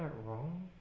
wrong.